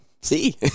See